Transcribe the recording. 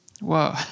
Whoa